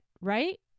right